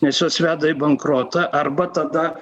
nes jos veda į bankrotą arba tada